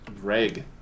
Greg